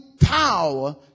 power